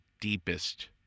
deepest